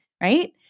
right